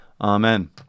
Amen